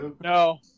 No